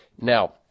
Now